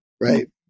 Right